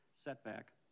setback